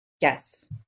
Yes